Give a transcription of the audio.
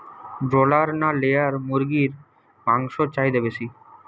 Broiler না layer মুরগির মাংসর চাহিদা বেশি?